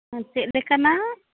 ᱪᱮᱫ ᱞᱮᱠᱟᱱᱟᱜ